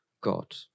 God